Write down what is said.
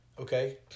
Okay